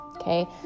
Okay